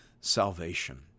salvation